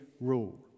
rule